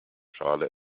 schale